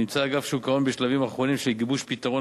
נמצא אגף שוק ההון בשלבים אחרונים של גיבוש פתרון